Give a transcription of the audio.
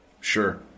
Sure